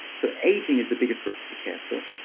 so aging is the biggest risk of cancer.